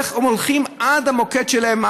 הם הולכים עד המוקד שלהם,